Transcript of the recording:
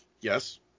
Yes